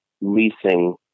leasing